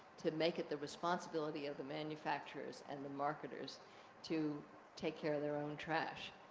to make it the responsibility of the manufacturers and the marketers to take care of their own trash.